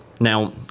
Now